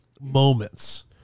moments